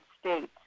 states